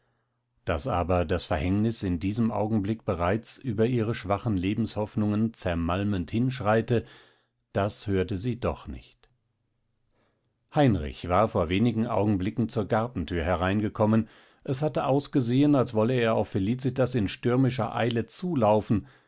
daß aber das verhängnis in diesem augenblick bereits über ihre schwachen lebenshoffnungen zermalmend hinschreite das hörte sie doch nicht heinrich war vor wenigen augenblicken zur gartenthür hereingekommen es hatte ausgesehen als wolle er auf felicitas in stürmischer eile zulaufen